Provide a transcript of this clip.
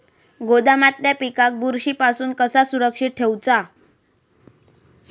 गोदामातल्या पिकाक बुरशी पासून कसा सुरक्षित ठेऊचा?